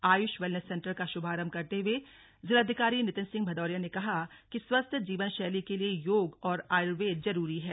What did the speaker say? Ayush wellness centre का शुभारम्भ करते हुए जिलाधिकारी नितिन सिंह भदौरिया ने कहा कि स्वस्थ्य जीवन शैली के लिए योग और आयुर्वेद जरूरी है